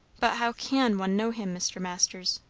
but how can one know him, mr. masters?